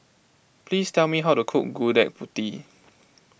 please tell me how to cook Gudeg Putih